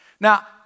Now